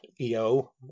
EO